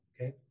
okay